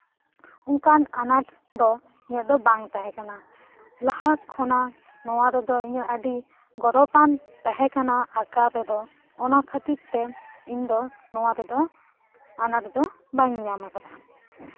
ᱚᱱᱠᱟᱱ ᱟᱱᱟᱴ ᱫᱚ ᱤᱧᱟᱹᱜ ᱫᱚ ᱵᱟᱝ ᱛᱟᱦᱮᱸ ᱠᱟᱱᱟ ᱞᱟᱦᱟ ᱠᱷᱚᱱᱟᱜ ᱱᱚᱣᱟ ᱨᱮᱫᱚ ᱤᱧᱟᱹᱜ ᱟᱹᱰᱤ ᱜᱚᱨᱚᱵᱟᱱ ᱛᱟᱦᱮᱸ ᱠᱟᱱᱟ ᱟᱸᱠᱟᱣ ᱨᱮᱫᱚ ᱚᱱᱟ ᱠᱷᱟᱹᱛᱤᱨ ᱛᱮ ᱤᱧ ᱫᱚ ᱱᱚᱣᱟ ᱛᱮᱫᱚ ᱟᱱᱟᱴ ᱫᱚ ᱵᱟᱹᱧ ᱧᱟᱢ ᱟᱠᱟᱫᱟ